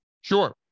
Sure